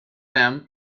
them